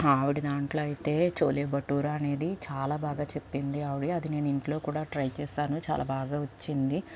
ఆవిడ దాంట్లో అయితే చోలే బటూరా అనేది చాలా బాగా చెప్పింది ఆవిడ అది నేను ఇంట్లో కూడ ట్రై చేసాను చాలా బాగా వచ్చింది